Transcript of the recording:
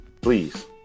please